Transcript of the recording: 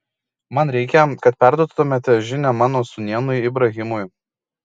man reikia kad perduotumėte žinią mano sūnėnui ibrahimui